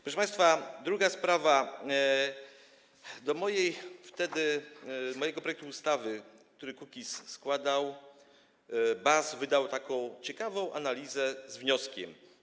Proszę państwa, druga sprawa, wtedy co do mojego projektu ustawy, który Kukiz składał, BAS wydał taką ciekawą analizę z wnioskiem: